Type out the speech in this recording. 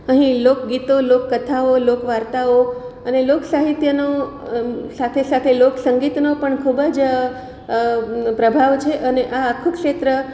અહી લોકગીતો લોકકથાઓ લોકવાર્તાઓ અને લોકસાહિત્યનો સાથે સાથે લોકસંગીતનો પણ ખૂબ જ પ્રભાવ છે અને આ આખું ક્ષેત્ર